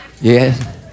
Yes